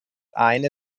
eine